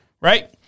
right